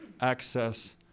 access